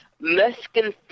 Mexican